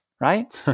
right